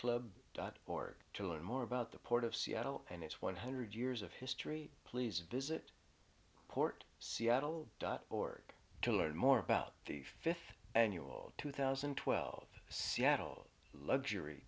club dot org to learn more about the port of seattle and its one hundred years of history please visit port seattle dot org to learn more about the fifth annual two thousand and twelve seattle luxury